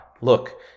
Look